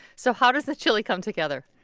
so how does the chili come together?